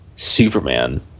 superman